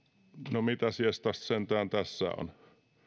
no mitäs jestas sentään tässä on